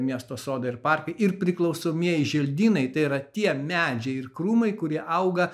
miesto sodai ir parkai ir priklausomieji želdynai tai yra tie medžiai ir krūmai kurie auga